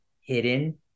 hidden